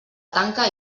tanca